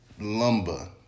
lumber